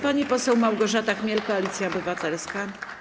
Pani poseł Małgorzata Chmiel, Koalicja Obywatelska.